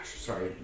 Sorry